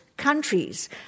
Countries